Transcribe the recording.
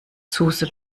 zuse